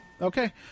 Okay